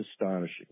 astonishing